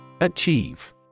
Achieve